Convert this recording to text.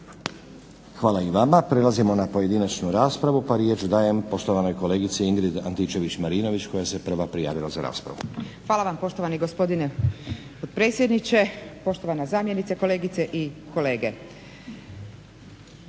Hvala i vama. Prelazimo na pojedinačnu raspravu, pa riječ dajem poštovanoj kolegici Ingrid Atničević Marinović koja se prva prijavila za raspravu. **Antičević Marinović, Ingrid (SDP)** Hvala vam poštovani gospodine potpredsjedniče, poštovana zamjenice kolegice i kolege.